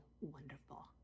wonderful